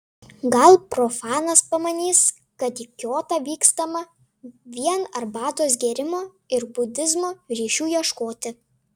gal profanas pamanys kad į kiotą vykstama vien arbatos gėrimo ir budizmo ryšių ieškoti